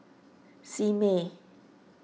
Simei